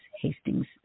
Hastings